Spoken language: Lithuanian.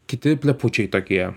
kiti plepučiai tokie